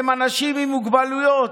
הם אנשים עם מוגבלויות.